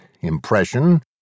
impression